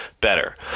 better